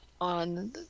on